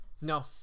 No